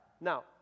Now